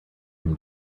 him